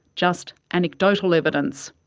just anecdotal evidence.